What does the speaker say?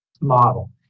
model